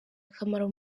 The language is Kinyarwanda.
akamaro